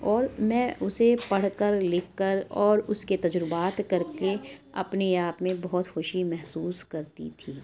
اور میں اسے پڑھ کر لکھ کر اور اس کے تجربات کر کے اپنے آپ میں بہت خوشی محسوس کرتی تھی